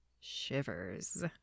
Shivers